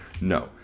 no